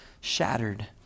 shattered